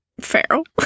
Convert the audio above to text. Feral